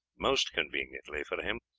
most conveniently for him,